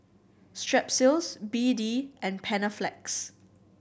Strepsils B D and Panaflex